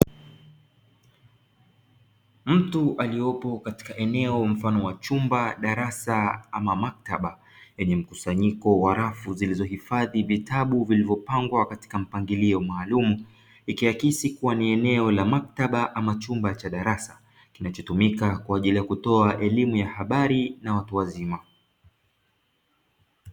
Mtu aliyopo katika eneo mfano wa chumba, darasa ama maktaba, yenye mkusanyiko wa rafu zilizohifadhi vitabu vilivyopangwa katika mpangilio maalumu. Ikiakisi kuwa ni eneo la maktaba ama chumba cha darasa kinachotumia kutoa elimu ya habari na watu wazima.